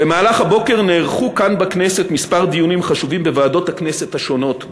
במהלך הבוקר נערכו כאן כמה דיונים חשובים בנושא בוועדות הכנסת השונות.